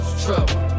trouble